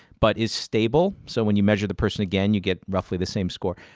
but is stable, so when you measure the person again you get roughly the same score,